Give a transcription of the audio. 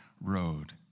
road